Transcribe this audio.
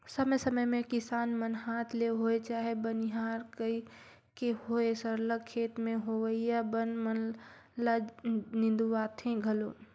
समे समे में किसान मन हांथ ले होए चहे बनिहार कइर के होए सरलग खेत में होवइया बन मन ल निंदवाथें घलो